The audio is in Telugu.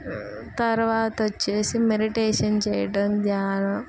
తర్వాత వచ్చేసి మెడిటేషన్ చేయడం ధ్యానం